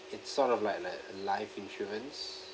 it's sort of like like life insurance